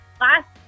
last